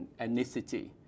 ethnicity